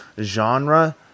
genre